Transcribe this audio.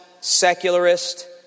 secularist